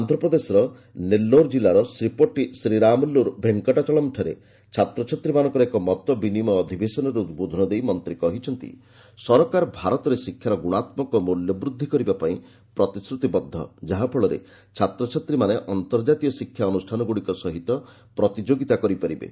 ଆନ୍ଧ୍ରପ୍ରଦେଶର ନେଲ୍ଲୋର କିଲ୍ଲାର ଶ୍ରୀପୋଟି ଶ୍ରୀରାମୁଲ୍ଲର ଭେଙ୍କଟାଚଲମ୍ଠାରେ ଛାତ୍ରଛାତ୍ରୀମାନଙ୍କର ଏକ ମତବିନିମୟ ଅଧିବେଶନରେ ଉଦ୍ବୋଧନ ଦେଇ ମନ୍ତ୍ରୀ କହିଛନ୍ତି ସରକାର ଭାରତରେ ଶିକ୍ଷାର ଗୁଣାତ୍ମକ ମୂଲ୍ୟ ବୃଦ୍ଧି କରିବା ପାଇଁ ପ୍ରତିଶ୍ରୁତିବଦ୍ଧ ଯାହାଫଳରେ ଛାତ୍ରଛାତ୍ରୀମାନେ ଅନ୍ତର୍ଜାତୀୟ ଶିକ୍ଷା ଅନୁଷ୍ଠାନଗୁଡ଼ିକ ସହିତ ପ୍ରତିଯୋଗିତା କରିପାରିବେ